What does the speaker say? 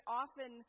often